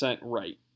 right